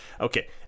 okay